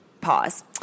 pause